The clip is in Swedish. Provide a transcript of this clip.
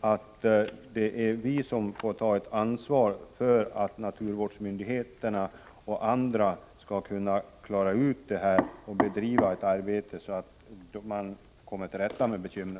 att det är vi som får ta ett ansvar för att naturvårdsmyndigheterna och andra skall kunna reda ut det hela och bedriva ett aktivt miljöarbete, så att man kommer till rätta med bekymren.